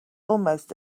almost